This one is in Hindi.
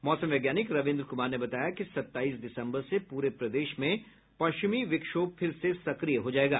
मौसम वैज्ञानिक रविन्द्र कुमार ने बताया कि सत्ताईस दिसम्बर से पूरे प्रदेश में पश्चिमी विक्षोभ फिर से सक्रिय हो जायेगा